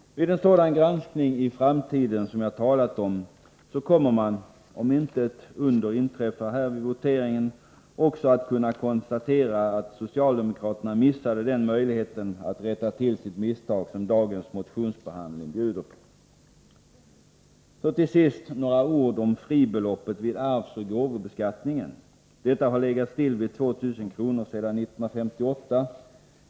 Vid en sådan granskning i framtiden som jag talat om kommer man också — om inte ett under inträffar vid voteringen här — att kunna konstatera att socialdemokraterna missade den möjlighet att rätta till sitt misstag som dagens motionsbehandling bjuder. Till sist några ord om fribeloppet vid arvsoch gåvobeskattningen. Detta har legat still vid 2 000 kr. sedan 1958.